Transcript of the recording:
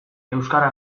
euskara